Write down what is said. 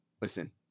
Listen